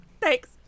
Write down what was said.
Thanks